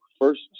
first